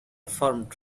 formed